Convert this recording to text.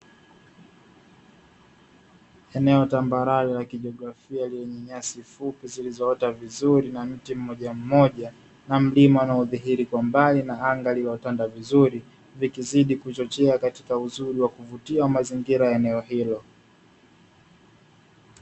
Eneo tambarare la kijiografia lenye nyasi fupi zilizoota vizuri na mti Mmoja Mmoja na mlima unaodhihiri kwa mbali na anga lilitanda vizuri, vikizidi kuchochea katika uzuri wa kuvutia wa mazingira ya eneo hilo.